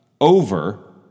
over